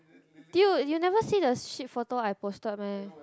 dude you never see the shit photo I posted meh